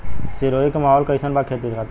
सिरोही के माहौल कईसन बा खेती खातिर?